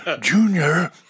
Junior